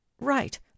right